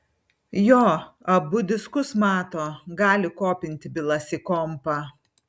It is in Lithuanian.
jo abu diskus mato gali kopinti bylas į kompą